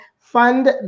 fund